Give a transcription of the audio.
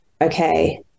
okay